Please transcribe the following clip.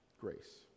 grace